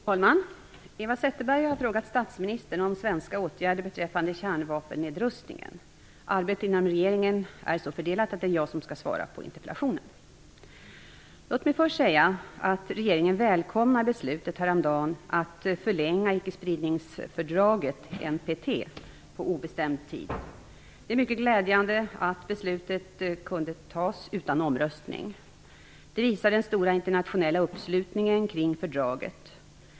Fru talman! Eva Zetterberg har frågat statsministern om svenska åtgärder beträffande kärnvapennedrustningen. Arbete inom regeringen är så fördelat att det är jag som skall svara på interpellationen. Låt mig först säga att regeringen välkomnar beslutet häromdagen att förlänga icke-spridningsfördraget, NPT, på obestämd tid. Det är mycket glädjande att beslutet kunde tas utan omröstning. Det visar den stora internationella uppslutningen kring fördraget.